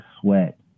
sweat